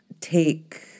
take